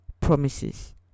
promises